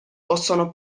possono